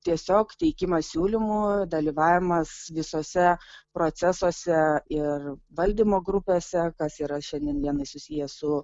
tiesiog teikimą siūlymų dalyvavimas visose procesuose ir valdymo grupėse kas yra šiandien dienai susiję su